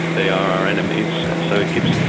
they are our enemies. and so it gives.